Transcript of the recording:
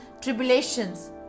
tribulations